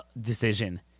decision